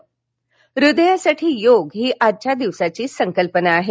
हृदयासाठी योग ही आजच्या दिवसाची संकल्पना आहे